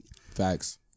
facts